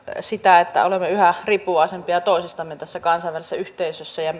sitä että olemme yhä riippuvaisempia toisistamme kansainvälisessä yhteisössä ja